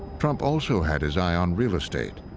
trump also had his eye on real estate.